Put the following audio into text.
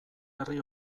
herri